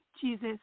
Jesus